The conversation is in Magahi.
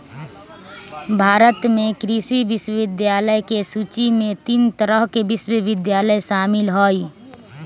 भारत में कृषि विश्वविद्यालय के सूची में तीन तरह के विश्वविद्यालय शामिल हई